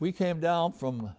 we came down from